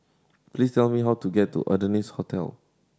please tell me how to get to Adonis Hotel